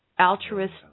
altruist